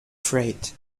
freight